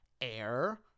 air